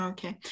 Okay